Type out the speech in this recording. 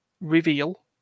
reveal